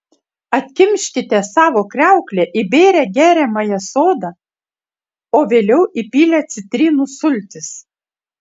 atkimškite savo kriauklę įbėrę geriamąją soda o vėliau įpylę citrinų sultis